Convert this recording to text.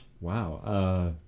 Wow